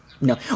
No